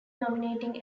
nominating